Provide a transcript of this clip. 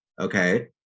okay